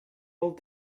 old